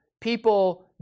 people